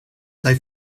they